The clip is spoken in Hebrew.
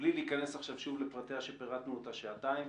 בלי להיכנס עכשיו שוב לפרטיה שפירטנו אותה שעתיים,